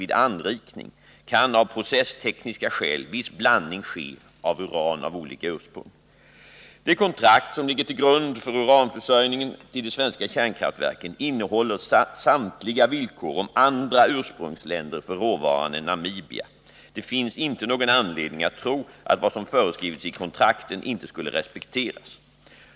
vid anrikning, kan av processtekniska skäl viss blandning ske av uran av olika ursprung. De kontrakt som ligger till grund för uranförsäljningen till de svenska kärnkraftverken innehåller samtliga villkor om andra ursprungsländer för råvaran än Namibia. Det finns inte någon anledning att tro att vad som föreskrivits i kontrakten inte skulle respekteras.